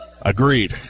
Agreed